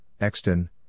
Exton